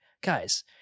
guys